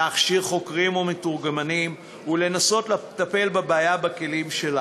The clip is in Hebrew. להכשיר חוקרים ומתורגמנים ולנסות לטפל בבעיה בכלים שלה.